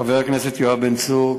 חבר הכנסת יואב בן צור,